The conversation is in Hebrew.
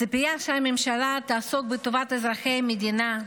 הציפייה שהממשלה תעסוק בטובת אזרחי המדינה,